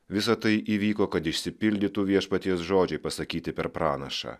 visa tai įvyko kad išsipildytų viešpaties žodžiai pasakyti per pranašą